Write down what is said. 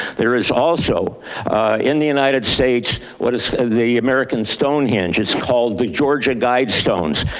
there is also in the united states, what is the american stonehenge is called the georgia guidestones.